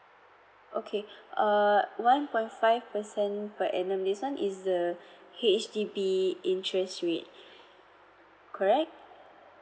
okay uh one point five percent per annum this one is the H_D_B interest rate correct